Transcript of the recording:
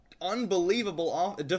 unbelievable